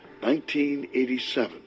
1987